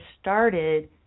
started